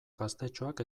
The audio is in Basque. gaztetxoak